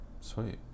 sweet